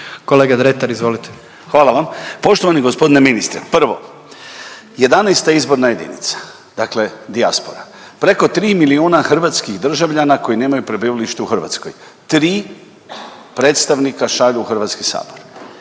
**Dretar, Davor (DP)** Hvala vam. Poštovani gospodine ministre, prvo 11. izborna jedinica, dakle dijaspora preko 3 milijuna hrvatskih državljana koji nemaju prebivalište u Hrvatskoj tri predstavnika šalju u Hrvatski sabor.